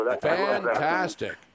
Fantastic